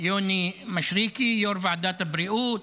יוני מישרקי, יו"ר ועדת הבריאות,